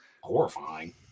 horrifying